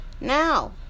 now